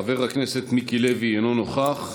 חבר הכנסת מיקי לוי, אינו נוכח.